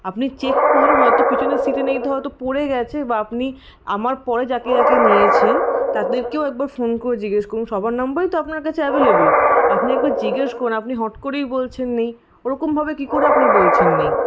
আপনি চেক করুন হয়তো পিছনের সিটে নেই হয়তো পড়ে গেছে বা আপনি আমার পরে যাকে যাকে নিয়েছেন তাদেরকেও একবার ফোন করে জিজ্ঞেস করুন সবার নাম্বারই তো আপনার কাছে অ্যাভেলেবেল আপনি একবার জিজ্ঞেস করুন আপনি হট করেই বলছেন নেই ওরকমভাবে কি করে আপনি বলছেন নেই